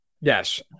yes